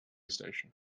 station